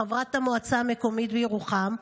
חברת המועצה המקומית בירוחם,